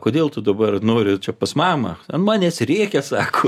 kodėl tu dabar nori čia pas mamą manęs rėkia sako